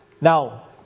Now